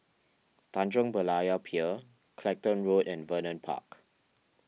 Tanjong Berlayer Pier Clacton Road and Vernon Park